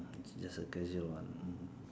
just a casual one